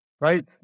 right